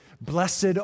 blessed